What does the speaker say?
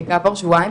כעבור שבועיים,